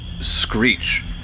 screech